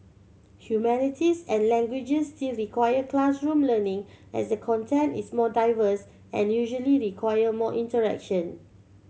humanities and languages still require classroom learning as the content is more diverse and usually require more interaction